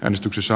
äänestyksessä